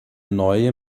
neue